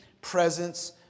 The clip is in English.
presence